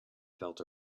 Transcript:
felt